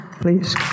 please